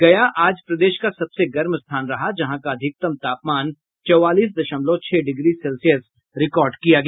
गया आज प्रदेश का सबसे गर्म स्थान रहा जहां का अधिकतम तापमान चौवालीस दशमलव छह डिग्री सेल्सियस रिकार्ड किया गया